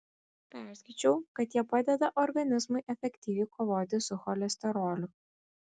perskaičiau kad jie padeda organizmui efektyviai kovoti su cholesteroliu